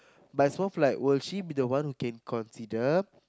but is more of like will she be the one who can consider